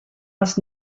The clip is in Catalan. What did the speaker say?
els